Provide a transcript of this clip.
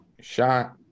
shot